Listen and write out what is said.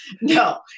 No